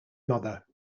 mother